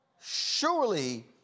surely